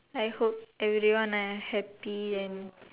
I hope everyone are happy and